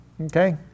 Okay